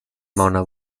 una